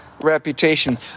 reputation